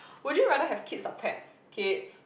would you rather have kids or pets kids